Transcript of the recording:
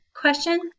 question